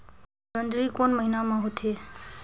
जोंदरी कोन महीना म होथे?